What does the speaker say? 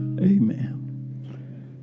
Amen